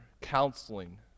counseling